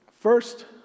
First